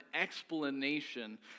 explanation